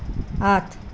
আঠ